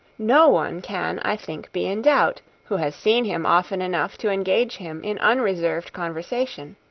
no one can, i think, be in doubt, who has seen him often enough to engage him in unreserved conversation.